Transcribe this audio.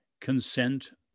consent